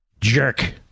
jerk